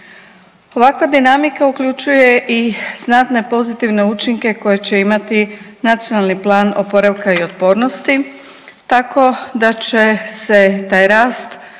Ovakva dinamika uključuje i znatne pozitivne učinke koje će imati NPOO tako da će se taj rast